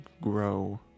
grow